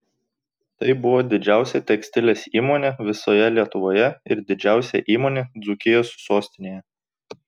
tai buvo didžiausia tekstilės įmonė visoje lietuvoje ir didžiausia įmonė dzūkijos sostinėje